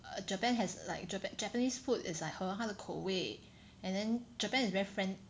uh Japan has like Japa~ Japanese food is like 合他的口味 and then Japan is very friend~